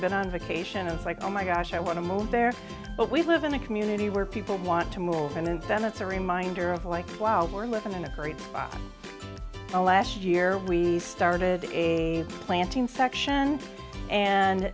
been on vacation it's like oh my gosh i want to move there but we live in a community where people want to move and then it's a reminder of like wow we're living in a hurry last year we started a planting section and